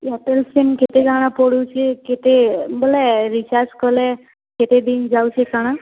Airtel SIM କେତେ କାଣା ପଡ଼ୁଛି କେତେ ବୋଲେ ରିଚାର୍ଜ୍ କଲେ କେତେ ଦିନ୍ ଯାଉଛି କାଣା